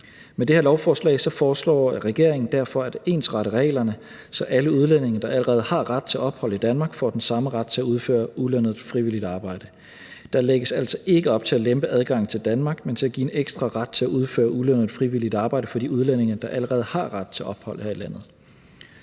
Med det her lovforslag foreslår regeringen derfor at ensrette reglerne, så alle udlændinge, der allerede har ret til ophold i Danmark, får den samme ret til at udføre ulønnet frivilligt arbejde. Der lægges altså ikke op til at lempe adgangen til Danmark, men til at give en ekstra ret til at udføre ulønnet frivilligt arbejde for de udlændinge, der allerede har ret til ophold her i landet.